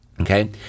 Okay